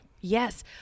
Yes